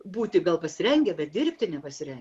būti gal pasirengę bet dirbti nepasirengę